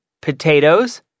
potatoes